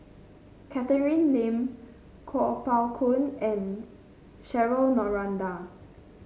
Catherine Lim Kuo Pao Kun and Cheryl Noronha